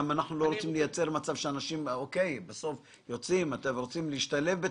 בסוף אנשים שיוצאים רוצים להשתלב.